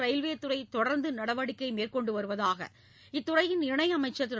ரயில்வேத்துறை தொடர்ந்து நடவடிக்கை மேற்கொண்டு வருவதாக இத்துறையின் இணையமைச்சர் திரு